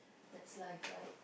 that's life right